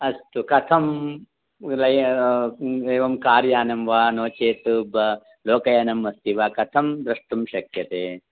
अस्तु कथं वयं कार्यानं यानं वा नो चेत् ब लोकयानम् अस्ति वा कथं द्रष्टुं शक्यते